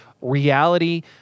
reality